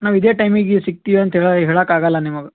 ನಾವು ಇದೇ ಟೈಮಿಗೆ ಸಿಗ್ತೀವಿ ಅಂತ ಹೇಳೋಕ್ ಆಗೋಲ್ಲ ನಿಮಗೆ